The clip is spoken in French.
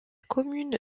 commune